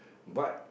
but